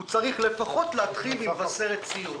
הוא צריך לפחות להתחיל ממבשרת ציון.